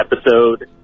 episode